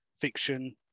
fiction